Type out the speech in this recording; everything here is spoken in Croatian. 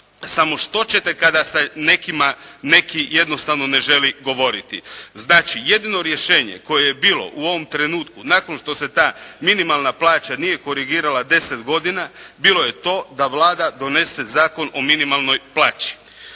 Samo što ćete kada se nekima neki jednostavno ne želi govoriti. Znači, jedino rješenje koje je bilo u ovom trenutku nakon što se ta minimalna plaća nije korigirala deset godina bilo je to da Vlada donese Zakon o minimalnoj plaći.